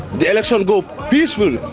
the election go peacefully!